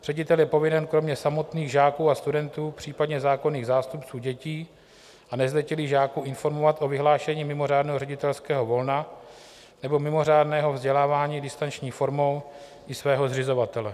Ředitel je povinen kromě samotných žáků a studentů, případně zákonných zástupců dětí a nezletilých žáků informovat o vyhlášení mimořádného ředitelského volna nebo mimořádného vzdělávání distanční formou i svého zřizovatele.